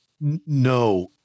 no